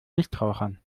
nichtrauchern